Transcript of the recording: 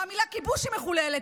והמילה "כיבוש" היא מחוללת.